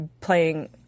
playing